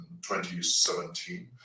2017